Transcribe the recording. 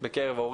בוקר טוב לכולם.